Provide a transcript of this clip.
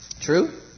True